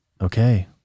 Okay